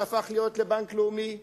שהפך להיות בנק לאומי,